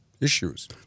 issues